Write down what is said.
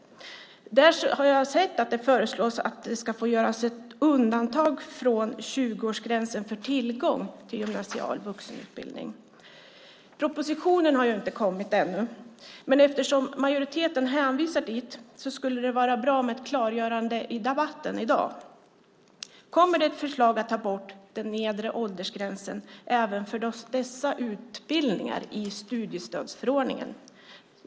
Jag har sett att det där föreslås att man ska få göra ett undantag från 20-årsgränsen för tillgång till gymnasial vuxenutbildning. Propositionen har inte kommit ännu, men eftersom majoriteten hänvisar dit skulle det vara bra med ett klargörande i debatten i dag. Kommer det ett förslag om att ta bort den nedre åldersgränsen även för dessa utbildningar i studiestödsförordningen?